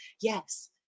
Yes